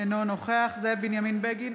נוכח זאב בנימין בגין,